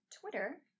Twitter